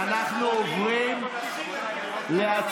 אנחנו עוברים להצבעה.